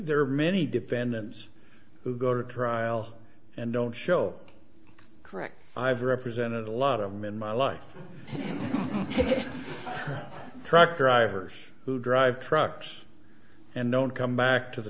there are many defendants who go to trial and don't show correct i've represented a lot of them in my life truck drivers who drive trucks and don't come back to the